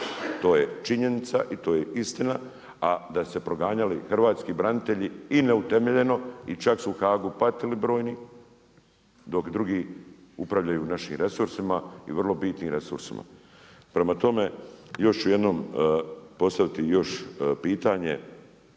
To je činjenica i to je istina, a da su se proganjali hrvatski branitelji i neutemeljeno i čak su u Haagu patili brojni dok drugi upravljaju našim resursima i vrlo bitnim resursima. Prema tome, još ću jednom postaviti još pitanje